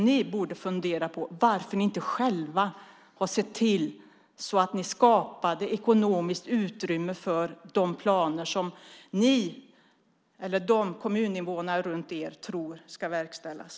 Ni borde fundera på varför ni inte själva såg till att skapa ekonomiskt utrymme för de planer som kommuninvånare runt om i landet tror ska verkställas.